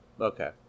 Okay